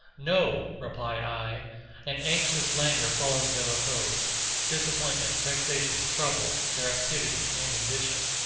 no! reply i an anxious languor follows their repose disappointment, vexation, trouble, their activity and ambition.